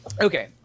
okay